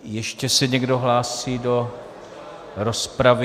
Ještě se někdo hlásí do rozpravy?